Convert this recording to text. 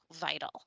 vital